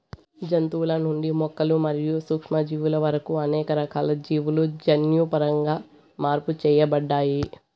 జంతువుల నుండి మొక్కలు మరియు సూక్ష్మజీవుల వరకు అనేక రకాల జీవులు జన్యుపరంగా మార్పు చేయబడ్డాయి